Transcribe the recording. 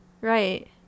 right